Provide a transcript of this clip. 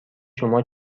شما